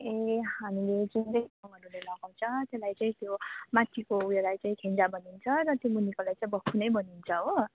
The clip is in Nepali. ए हामीले जुन चाहिँ लगाउँछ त्यसलाई चाहिँ त्यो माथिको उयोलाई चाहिँ खेन्जा भनिन्छ र मुनिकोलाई चाहिँ बक्खु नै भनिन्छ हो